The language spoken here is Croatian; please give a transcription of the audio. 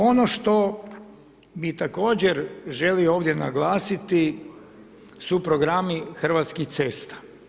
Ono što bi također želio ovdje naglasiti su programi Hrvatskih cesta.